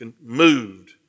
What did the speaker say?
moved